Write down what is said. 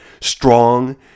strong